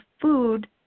food